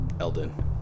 Elden